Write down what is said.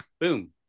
boom